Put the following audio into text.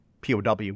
POW